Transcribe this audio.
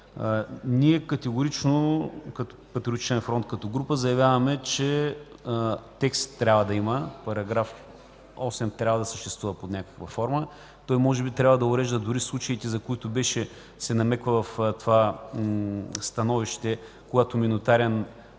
Ние категорично – Патриотичният фронт като група, заявяваме, че текст трябва да има, § 8 трябва да съществува под някаква форма. Той може би трябва да урежда дори случаите, за които се намеква в това становище, когато заради